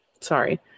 sorry